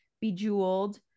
bejeweled